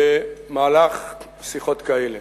במהלך שיחות כאלה.